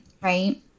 right